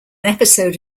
episode